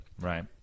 Right